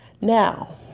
Now